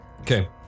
Okay